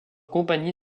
compagnie